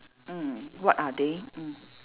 mm what are they mm